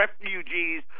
refugees